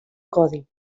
codi